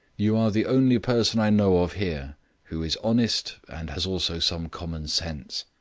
you are the only person i know of here who is honest and has also some common sense.